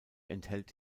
enthält